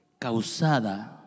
causada